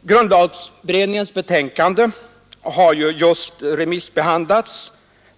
Grundlagberedningens betänkande har just remissbehandlats.